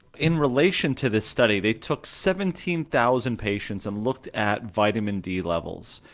in relation to this study, they took seventeen thousand patients and looked at vitamin d levels,